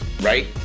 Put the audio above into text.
right